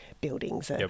buildings